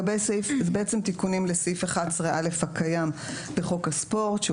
תיקונים לסעיף 11(א) הקיים בחוק הספורט שהוא